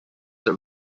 that